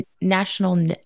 National